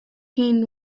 teen